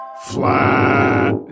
flat